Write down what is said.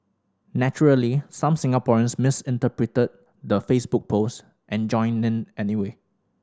naturally some Singaporeans misinterpreted the Facebook post and joined anyway